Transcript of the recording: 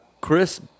chris